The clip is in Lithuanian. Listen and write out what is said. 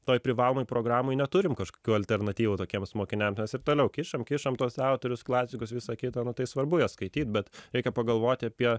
toj privalomoj programoj neturim kažkokių alternatyvų tokiems mokiniam mes ir toliau kišam kišam tuos autorius klasikus visą kitą nu tai svarbu jos skaityt bet reikia pagalvoti apie